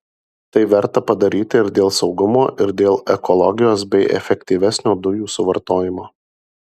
tai verta padaryti ir dėl saugumo ir dėl ekologijos bei efektyvesnio dujų suvartojimo